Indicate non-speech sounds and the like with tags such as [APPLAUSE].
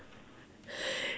[LAUGHS]